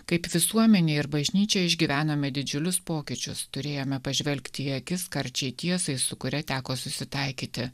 kaip visuomenė ir bažnyčia išgyvenome didžiulius pokyčius turėjome pažvelgti į akis karčiai tiesai su kuria teko susitaikyti